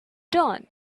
dawn